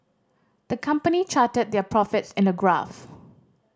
the company charted their profits in a graph